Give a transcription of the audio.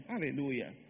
Hallelujah